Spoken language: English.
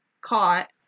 caught